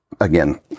again